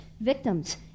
victims